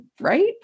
right